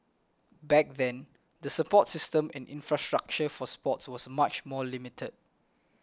back then the support system and infrastructure for sports was much more limited